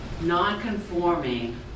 non-conforming